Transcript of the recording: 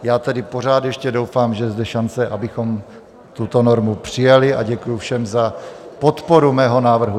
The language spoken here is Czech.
Já tedy pořád ještě doufám, že je zde šance, abychom tuto normu přijali, a děkuji všem za podporu mého návrhu.